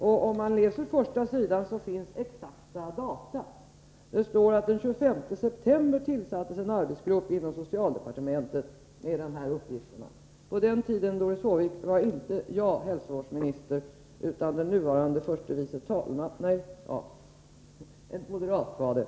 På första sidan står exakt datum, nämligen att det den 25 september tillsattes en arbetsgrupp inom socialdepartementet med uppgift att utreda dessa frågor. På den tiden, Doris Håvik, var inte jag hälsovårdsminister, utan det var en moderat som hade den posten.